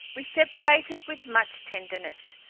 we separated with much tenderness,